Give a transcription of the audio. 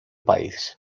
país